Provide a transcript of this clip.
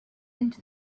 into